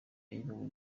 yayobowe